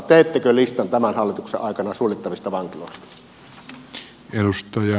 teettekö listan tämän hallituksen aikana suljettavista vankiloista